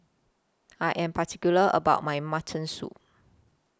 I Am particular about My Mutton Soup